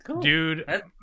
Dude